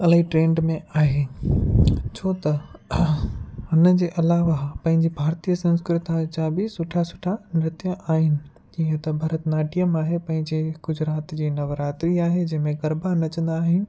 अलाई ट्रेंड में आहे छो त इन जे अलावा पंहिंजे भारतीय संस्कृत जा बि सुठा सुठा नृत्य आहिनि जीअं त भरतनाट्यम आहे पंहिंजे गुजरात जे नवरात्रि आहे जंहिं में गरबा नचंदा आहिनि